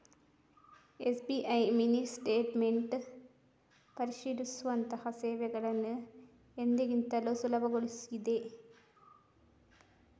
SBI mini statement ಪರಿಶೀಲಿಸುವಂತಹ ಸೇವೆಗಳನ್ನು ಎಂದಿಗಿಂತಲೂ ಸುಲಭಗೊಳಿಸಿದೆ